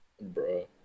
bro